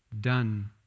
done